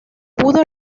pudo